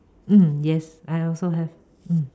mm yes I also have mm